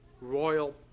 royal